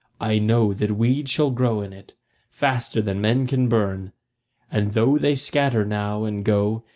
i know that weeds shall grow in it faster than men can burn and though they scatter now and go,